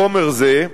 חומר זה,